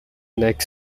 next